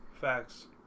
facts